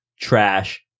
Trash